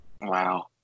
wow